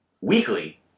weekly